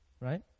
right